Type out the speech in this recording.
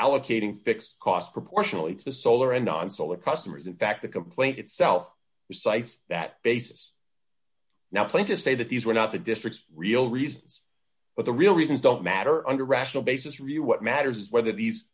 allocating fixed cost proportionally to solar and on solar customers in fact the complaint itself cites that basis now claim to say that these were not the district's real reasons but the real reasons don't matter under rational basis review what matters is whether these